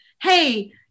Hey